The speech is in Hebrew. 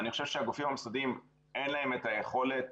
אני חושב שלגופים המוסדיים אין את היכולת